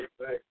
right